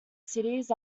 cities